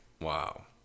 wow